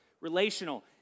relational